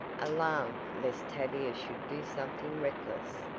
alarmed lest tavia should do something reckless.